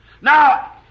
Now